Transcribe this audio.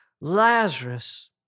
Lazarus